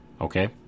Okay